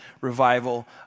revival